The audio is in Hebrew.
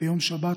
ביום שבת,